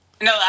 No